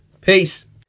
peace